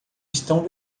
estão